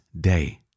day